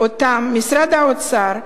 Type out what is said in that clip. שמשרד האוצר,